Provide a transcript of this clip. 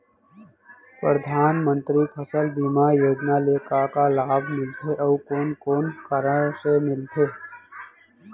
परधानमंतरी फसल बीमा योजना ले का का लाभ मिलथे अऊ कोन कोन कारण से मिलथे?